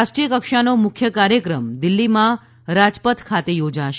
રાષ્ટ્રીય કક્ષાનો મુખ્ય કાર્યક્રમ દિલ્હીમાં રાજપથ ખાતે યોજાશે